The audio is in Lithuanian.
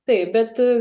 taip bet